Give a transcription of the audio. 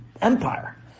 empire